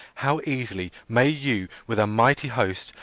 how easily may you, with a mighty host,